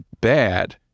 bad